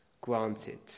granted